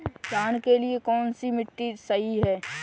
धान के लिए कौन सी मिट्टी सही है?